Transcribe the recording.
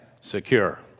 secure